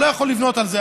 הוא לא יכול לבנות על זה.